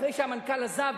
אחרי שהמנכ"ל עזב,